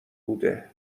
بوده